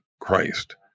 Christ